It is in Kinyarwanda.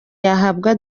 yahabwa